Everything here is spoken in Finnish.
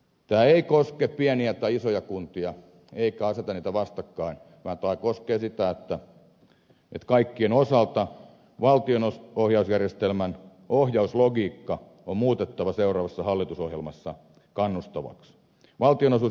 tämä ei koske pieniä tai isoja kuntia eikä aseta niitä vastakkain vaan tämä koskee sitä että kaikkien osalta valtionohjausjärjestelmän ohjauslogiikka on muutettava seuraavassa hallitusohjelmassa kannustavaksi